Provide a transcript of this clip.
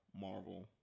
Marvel